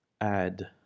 add